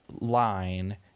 line